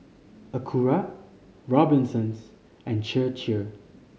Acura Robinsons and Chir Chir